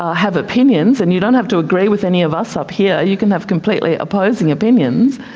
ah have opinions. and you don't have to agree with any of us up here, you can have completely opposing opinions,